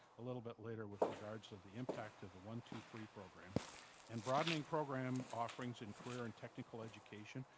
a little bit later with regards of the impact of the one-two-free program and broadening program offerings and career and technical education,